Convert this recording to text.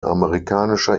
amerikanischer